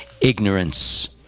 ignorance